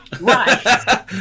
Right